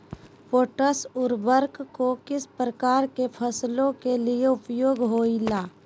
Potash उर्वरक को किस प्रकार के फसलों के लिए उपयोग होईला?